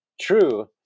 true